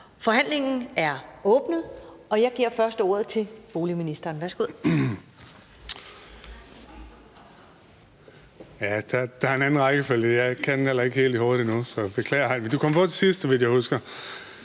Forhandlingen er åbnet, og jeg giver først ordet til boligministeren.